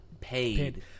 paid